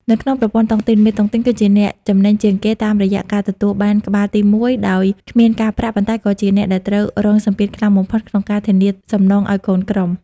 នៅក្នុងប្រព័ន្ធតុងទីន មេតុងទីនគឺជាអ្នកចំណេញជាងគេតាមរយៈការទទួលបាន "ក្បាលទីមួយ" ដោយគ្មានការប្រាក់ ប៉ុន្តែក៏ជាអ្នកដែលត្រូវរងសម្ពាធខ្លាំងបំផុតក្នុងការធានាសំណងឱ្យកូនក្រុម។